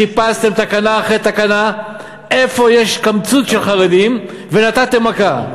חיפשתם תקנה אחרי תקנה איפה יש קמצוץ של חרדים ונתתם מכה.